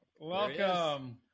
Welcome